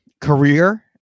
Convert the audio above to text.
career